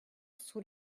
sous